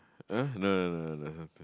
ah no no no no